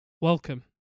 Welcome